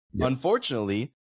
Unfortunately